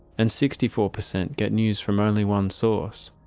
and sixty four percent get news from only one source,